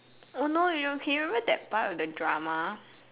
oh no you can remember that part with the drama